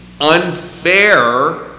unfair